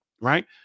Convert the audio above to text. right